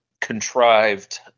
contrived